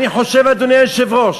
אני חושב, אדוני היושב-ראש,